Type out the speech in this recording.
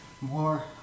more